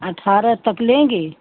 अट्ठारह तक लेंगे